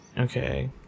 Okay